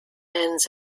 ends